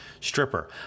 stripper